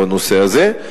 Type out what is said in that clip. בנושא הזה.